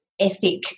ethic